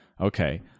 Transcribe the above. okay